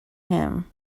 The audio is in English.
him